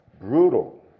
Brutal